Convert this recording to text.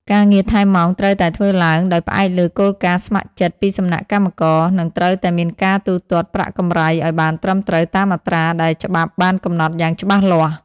ការងារថែមម៉ោងត្រូវតែធ្វើឡើងដោយផ្អែកលើគោលការណ៍ស្ម័គ្រចិត្តពីសំណាក់កម្មករ និងត្រូវតែមានការទូទាត់ប្រាក់កម្រៃឱ្យបានត្រឹមត្រូវតាមអត្រាដែលច្បាប់បានកំណត់យ៉ាងច្បាស់លាស់។